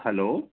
hello